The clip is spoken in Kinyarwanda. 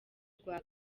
rwa